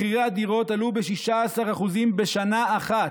מחירי הדירות עלו ב-16% בשנה אחת.